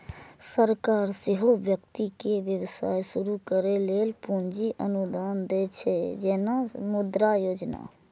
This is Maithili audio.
सरकार सेहो व्यक्ति कें व्यवसाय शुरू करै लेल पूंजी अनुदान दै छै, जेना मुद्रा योजना